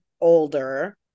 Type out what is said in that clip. older